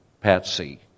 Patsy